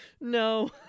No